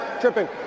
tripping